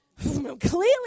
Clearly